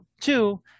Two